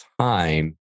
time